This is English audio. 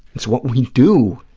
it's what we do